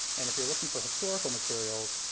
and if you're looking for historical materials,